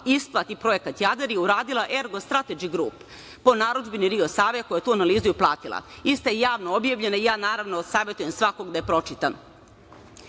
isplati projekat Jadar je uradila Ergo Strategy Group, po narudžbini Rio Save koja je tu analizu i platila. Ista je javno i objavljena, i ja, naravno, savetujem svakom da je pročita.